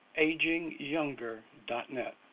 agingyounger.net